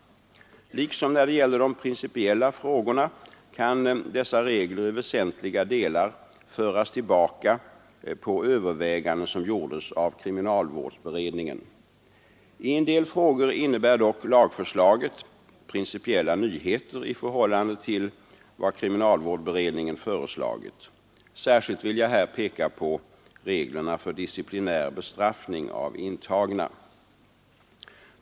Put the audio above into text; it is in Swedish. Liksom när det gäller de principiella frågorna kan dessa regler i väsentliga delar föras tillbaka på överväganden som gjordes av kriminalvårdsberedningen. I en del frågor innebär dock lagförslaget principiella nyheter i förhållande till vad kriminalvårdsberedningen föreslagit. Särskilt vill jag här peka på reglerna för disciplinär bestraffning av intagna.